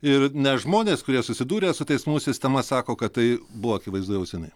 ir na žmonės kurie susidūrę su teismų sistema sako kad tai buvo akivaizdu jau senai